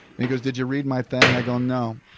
and he goes, did you read my thing? i go, no.